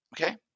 Okay